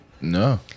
No